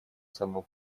самым